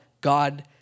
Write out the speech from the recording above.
God